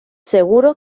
seguro